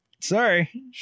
Sorry